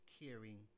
caring